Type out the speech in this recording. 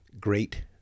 Great